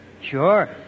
Sure